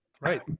Right